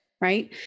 right